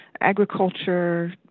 agriculture